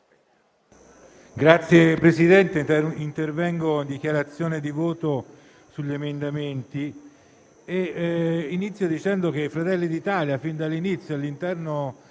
Signor Presidente, intervengo in dichiarazione di voto sugli emendamenti. Inizio dicendo che Fratelli d'Italia fin dall'inizio, all'interno